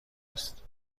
است